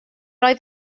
oedd